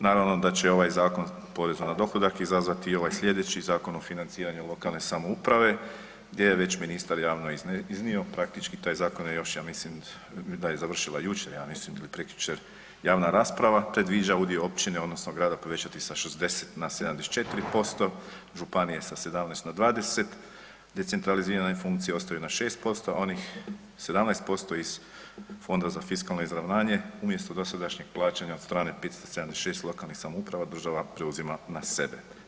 Naravno da će ovaj Zakon o porezu na dohodak izazvati i ovaj slijedeći Zakon o financiranju lokalne samouprave gdje je već ministar javno iznio, praktički taj zakon je još ja mislim da je završila jučer, ja mislim il prekjučer javna rasprava predviđa udio općine odnosno grada povećati sa 60 na 74%, županije sa 17 na 20, decentralizirane funkcije ostaju na 6%, a onih 17% iz Fonda za fiskalno izravnanje umjesto dosadašnjih plaćanja od strane 576 lokalnih samouprava država preuzima na sebe.